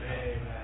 Amen